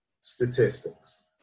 statistics